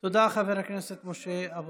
תודה, חבר הכנסת משה אבוטבול.